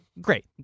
great